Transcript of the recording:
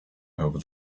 over